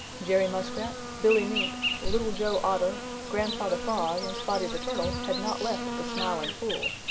jerry muskrat, billy mink, little joe otter, grandfather frog and spotty the turtle had not left the smiling pool.